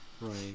right